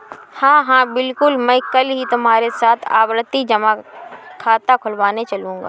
हां हां बिल्कुल मैं कल ही तुम्हारे साथ आवर्ती जमा खाता खुलवाने चलूंगा